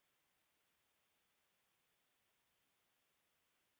Merci